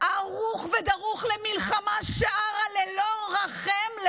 ערוך ודרוך למלחמה שערה ללא רחם.